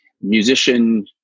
musician